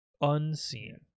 Unseen